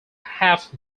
half